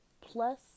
plus